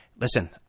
Listen